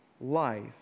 life